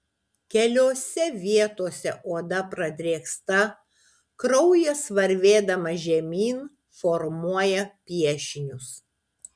keliose vietose oda pradrėksta kraujas varvėdamas žemyn formuoja piešinius